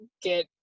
get